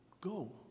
Go